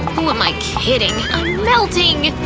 who am i kidding, i'm melting!